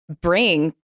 bring